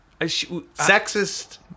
sexist